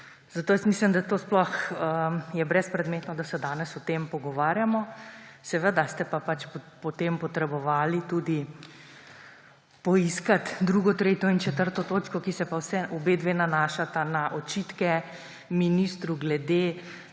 Zato mislim, da je sploh brezpredmetno, da se danes o tem pogovarjamo. Seveda ste pa po tem potrebovali poiskati tudi drugo, tretjo in četrto točko, ki se pa obe nanašata na očitke ministru glede